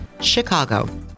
Chicago